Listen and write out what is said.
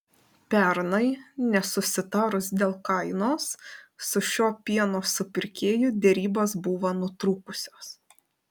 pernai nesusitarus dėl kainos su šiuo pieno supirkėju derybos buvo nutrūkusios